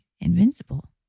invincible